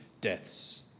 deaths